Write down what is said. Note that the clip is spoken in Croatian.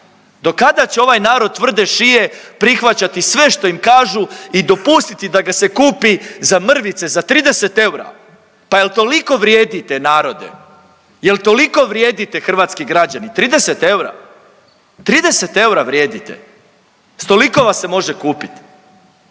Do kada će ovaj narod tvrde šije prihvaćati sve što im kažu i dopustiti da ga se kupi za mrvice, za 30 eura. Pa jel toliko vrijedite narode? Jel toliko vrijedite hrvatski građani? 30 eura. 30 eura vrijedite. S toliko vas se može kupit.